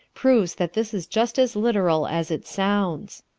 proves that this is just as literal as it sounds.